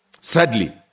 Sadly